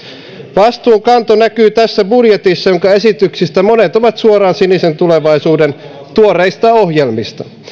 vastuunkanto näkyy tässä budjetissa jonka esityksistä monet ovat suoraan sinisen tulevaisuuden tuoreista ohjelmista